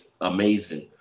amazing